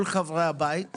כל חברי הבית,